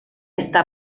está